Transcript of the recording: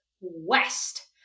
West